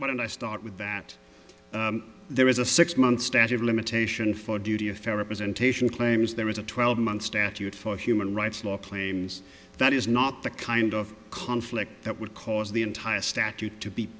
when i start with that there is a six month statute of limitation for duty of fair representation claims there is a twelve month statute for human rights law claims that is not the kind of conflict that would cause the entire statute to be